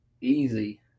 easy